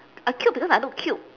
I cute because I look cute